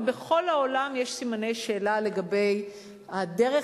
ובכל העולם יש סימני שאלה לגבי הדרך